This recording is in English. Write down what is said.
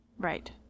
Right